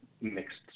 mixed